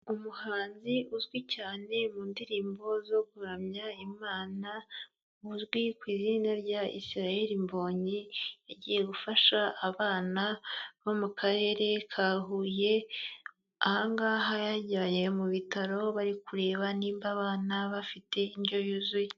Umuhanzi uzwi cyane mu ndirimbo zo kuramya Imana, uzwi ku izina rya Israel Mbonye, yagiye gufasha abana bo mu Karere ka Huye aha ngaha yari yagiye mu bitaro, bari kureba nimba abana bafite indyo yuzuye.